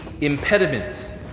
impediments